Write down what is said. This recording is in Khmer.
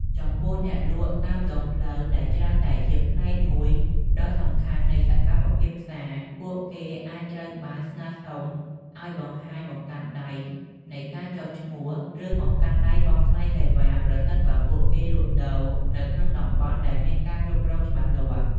ចំពោះ អ្នកលក់តាមដងផ្លូវ ដែលច្រើនតែជាផ្នែកមួយដ៏សំខាន់នៃសកម្មភាពផ្សារ ពួកគេអាចត្រូវបានស្នើសុំឱ្យបង្ហាញ បង្កាន់ដៃនៃការចុះឈ្មោះ ឬ បង្កាន់ដៃបង់ថ្លៃសេវា ប្រសិនបើពួកគេលក់ដូរនៅក្នុងតំបន់ដែលមានការគ្រប់គ្រងច្បាស់លាស់។